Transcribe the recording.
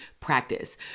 practice